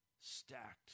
stacked